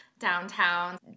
downtown